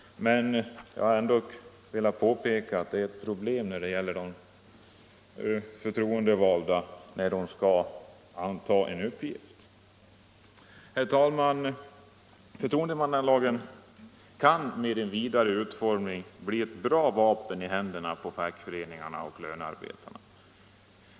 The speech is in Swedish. Men jag har ändå velat påpeka att det är ett problem för de förtroendevalda när de skall anta en uppgift. Herr talman! Förtroendemannalagen kan med en vidare utformning bli ett bra vapen i händerna på fackföreningarna och lönarbetarna.